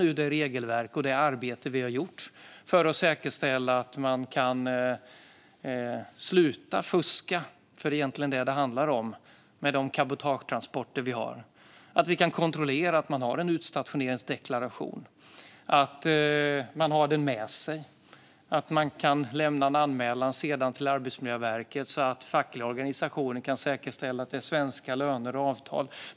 Fungerar det regelverk och det arbete vi har gjort för att säkerställa att man slutar fuska - det är egentligen det som det handlar om - med cabotagetransporter? Det handlar om att vi kan kontrollera att man har en utstationeringsdeklaration, att man har den med sig och att man sedan kan göra en anmälan till Arbetsmiljöverket så att fackliga organisationer kan säkerställa att det är svenska löner och avtal.